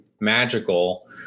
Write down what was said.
magical